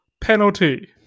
penalty